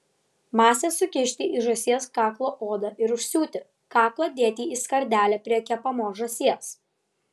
masę sukišti į žąsies kaklo odą ir užsiūti kaklą dėti į skardelę prie kepamos žąsies